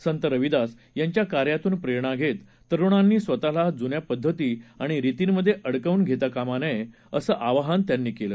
संत रविदास यांच्या कार्यातून प्रेरणा घेत तरुणांनी स्वतःला जुन्या पद्धती आणि रितींमधे अडकवून घेता कामा नये असं आवाहन त्यांनी केलं